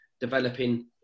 developing